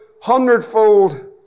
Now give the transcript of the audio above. hundredfold